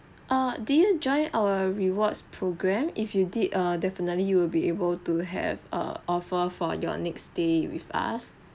err do you join our rewards program if you did err definitely you will be able to have err offer for your next stay with us